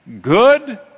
good